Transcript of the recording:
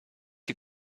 you